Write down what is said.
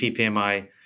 PPMI